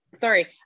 Sorry